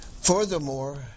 Furthermore